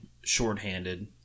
shorthanded